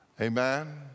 Amen